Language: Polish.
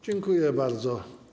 Dziękuję bardzo.